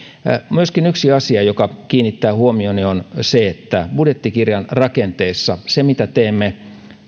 myöskin yksi asia joka kiinnittää huomioni on että budjettikirjan rakenteessa sitä mitä teemme